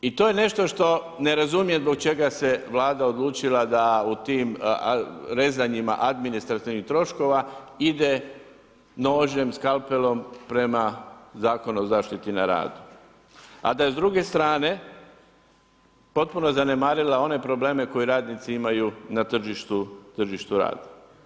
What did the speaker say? I to je nešto što ne razumijem zbog čega se Vlada odlučila da u tim rezanjima administrativnih troškova ide nožem, skalpelom prema Zakonom o zaštiti na radu, a da s druge strane potpuno zanemarila one probleme koje radnici imaju na tržištu rada.